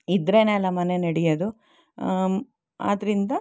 ಇದ್ರೇ ಅಲ್ಲಾ ಮನೆ ನಡಿಯೋದು ಆದ್ದರಿಂದ